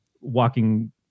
walking